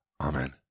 Amen